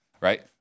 right